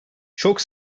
çok